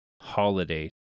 holiday